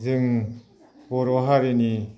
जों बर' हारिनि